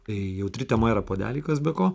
tai jautri tema yra puodeliai kas be ko